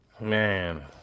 Man